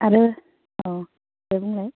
आरो अ दे बुंलाय